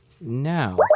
now